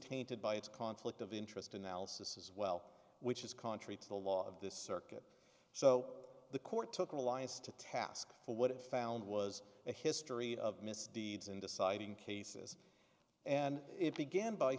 tainted by its conflict of interest analysis as well which is contrary to the law of this circuit so the court took an alliance to task for what it found was a history of misdeeds in deciding cases and it began by